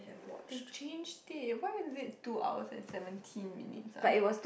they changed it why is it two hours and seventeen minutes ah